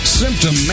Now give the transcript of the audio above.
symptom